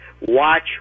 Watch